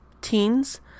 teens